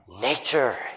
Nature